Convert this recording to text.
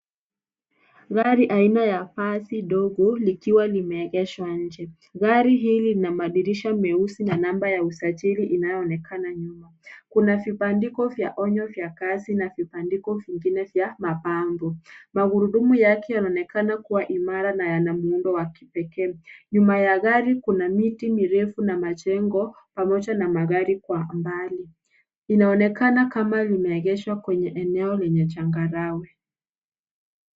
Gari aina ya basi ndogo likiwa limeegeshwa nje. Gari hili lina madirisha meusi, na namba ya usajili inayoonekana nyuma. Kuna vipandiko vya onyo vya kazi na vipandiko vingine vya mapambo. Magurudumu yake yanaonekana kuwa imara na yana muundo wa kipekee. Nyuma ya gari, kuna miti mirefu na majengo pamoja na magari kwa mbali. Inaonekana kama limeegeshwa kwenye eneo lenye changarawe.